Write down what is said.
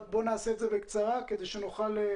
אבל בואי נעשה את זה בקצרה כדי שנוכל לשמוע